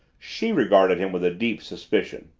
she regarded him with a deep suspicion.